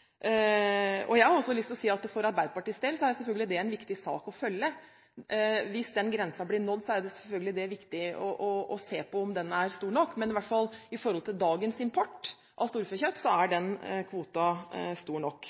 import. Jeg har også lyst til å si at for Arbeiderpartiets del er det selvfølgelig en viktig sak å følge. Hvis den grensen blir nådd, er det selvfølgelig viktig å se på om den er stor nok. Men i hvert fall i forhold til dagens import av storfekjøtt, er den kvoten stor nok.